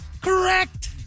Correct